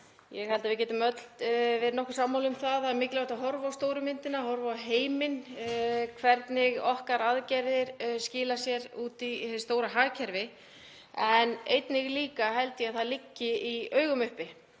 ég held að við getum öll verið nokkuð sammála um að það er mikilvægt að horfa á stóru myndina og horfa á heiminn og hvernig okkar aðgerðir skila sér út í hið stóra hagkerfi. Einnig held ég að það liggi í augum uppi